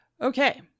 Okay